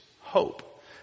hope